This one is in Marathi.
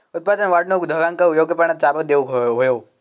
उत्पादन वाढवूक ढोरांका योग्य प्रमाणात चारो देऊक व्हयो